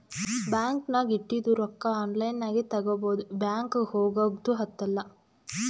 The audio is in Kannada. ಬ್ಯಾಂಕ್ ನಾಗ್ ಇಟ್ಟಿದು ರೊಕ್ಕಾ ಆನ್ಲೈನ್ ನಾಗೆ ತಗೋಬೋದು ಬ್ಯಾಂಕ್ಗ ಹೋಗಗ್ದು ಹತ್ತಲ್